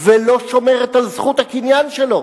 ולא שומרת על זכות הקניין שלו.